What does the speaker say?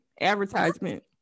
Advertisement